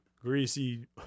greasy